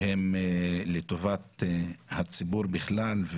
שהם לטובת הציבור בכלל,